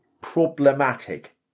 problematic